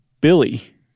Billy